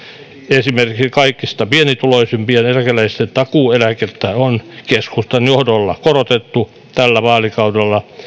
esimerkiksi kaikista pienituloisimpien eläkeläisten takuueläkettä on keskustan johdolla korotettu tällä vaalikaudella